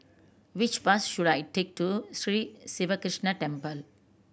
which bus should I take to Sri Siva Krishna Temple